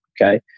okay